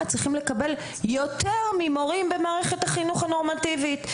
צריכים לקבל יותר ממורים במערכת החינוך הנורמטיבית.